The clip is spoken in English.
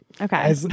Okay